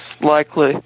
likely